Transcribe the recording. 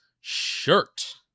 shirt